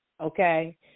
Okay